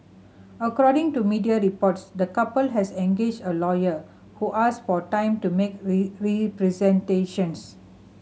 according to media reports the couple has engaged a lawyer who asked for time to make representations